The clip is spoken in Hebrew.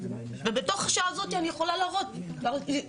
ובתוך השעה הזאת אני יכולה להראות דקות,